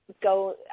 go